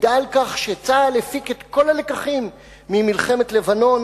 מעידה על כך שצה"ל הפיק את כל הלקחים ממלחמת לבנון,